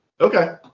Okay